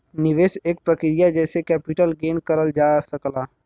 निवेश एक प्रक्रिया जेसे कैपिटल गेन करल जा सकला